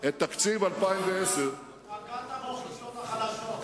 את תקציב 2010. פגעת באוכלוסיות החלשות,